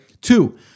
Two